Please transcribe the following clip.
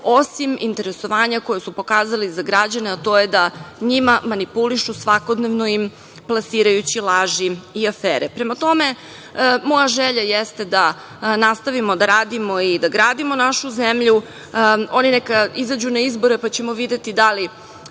osim interesovanja koje su pokazali za građane, a to je da njima manipulišu, svakodnevno im plasirajući laži i afere. Prema tome, moja želja jeste da nastavimo da radimo i da gradimo našu zemlju, oni neka izađu na izbore, pa ćemo videti da li